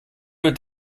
wird